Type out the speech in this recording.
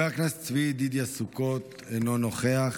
תודה רבה.